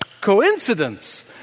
coincidence